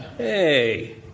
Hey